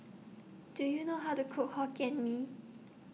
Do YOU know How to Cook Hokkien Mee